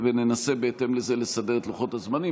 וננסה בהתאם לזה לסדר את לוחות הזמנים.